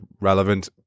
relevant